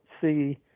see